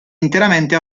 interamente